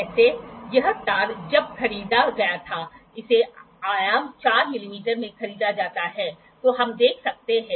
तो आप यहां अलग अलग ऊंचाइयों के लिए देख सकते हैं